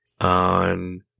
on